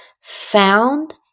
found